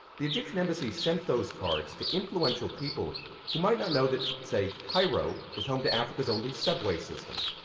the egyptian embassy sent those cards to influential people who might not know that say, cairo is home to africa's only subway system.